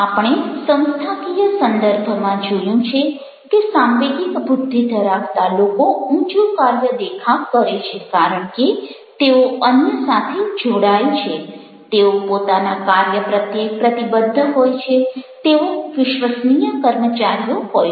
આપણે સંસ્થાકીય સંદર્ભમાં જોયું છે કે સાંવેગિક બુદ્ધિ ધરાવતા લોકો ઊંચો કાર્ય દેખાવ કરે છે કારણ કે તેઓ અન્ય સાથે જોડાય છે તેઓ પોતાના કાર્ય પ્રત્યે પ્રતિબદ્ધ હોય છે તેઓ વિશ્વસનીય કર્મચારીઓ હોય છે